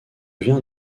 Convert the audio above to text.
viens